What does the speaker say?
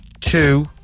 two